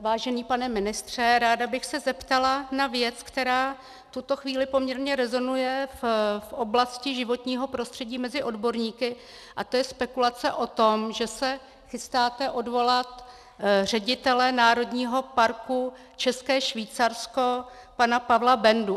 Vážený pane ministře, ráda bych se zeptala na věc, která v tuto chvíli poměrně rezonuje v oblasti životního prostředí mezi odborníky, a to je spekulace o tom, že se chystáte odvolat ředitele Národního parku České Švýcarsko pana Pavla Bendu.